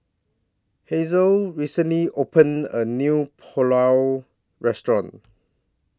Hazelle recently opened A New Pulao Restaurant